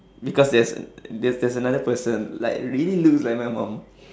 because there's there's there's another person like really looks like my mum